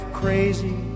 crazy